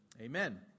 Amen